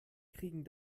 kriegen